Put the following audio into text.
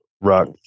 rock